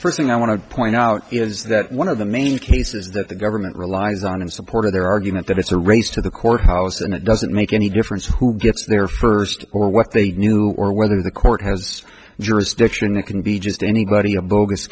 first thing i want to point out is that one of the main cases that the government relies on in support of their argument that it's a race to the court listen it doesn't make any difference who gets there first or what they knew or whether the court has jurisdiction it can be just anybody a bogus